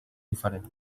diferent